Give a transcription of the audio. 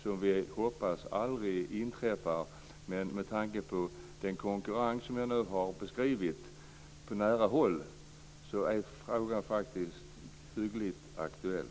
Vi hoppas att det aldrig inträffar, men med tanke på den konkurrens som jag nu har beskrivit på nära håll är frågan faktiskt hyggligt aktuell.